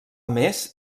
més